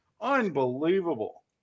Unbelievable